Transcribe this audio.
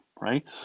Right